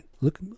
Look